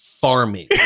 farming